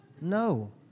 No